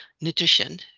nutrition